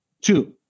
Two